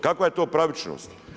Kakva je to pravičnost?